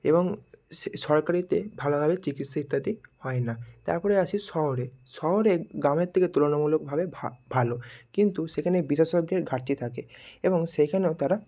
এবং সে সরকারিতে ভালোভাবেই চিকিৎসা ইত্যাদি হয় না তারপরে আসি শহরে শহরে গ্রামের থেকে তুলনামূলকভাবে ভালো কিন্তু সেখানে বিশেষজ্ঞের ঘাটতি থাকে এবং সেখানেও তারা